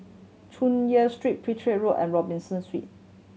Chu Yen Street Petir Road and Robinson